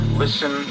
listen